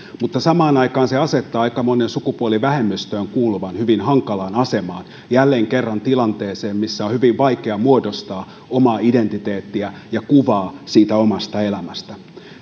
mutta samaan aikaan se asettaa aika monen sukupuolivähemmistöön kuuluvan hyvin hankalaan asemaan jälleen kerran tilanteeseen missä on hyvin vaikea muodostaa omaa identiteettiä ja kuvaa siitä omasta elämästä